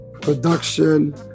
Production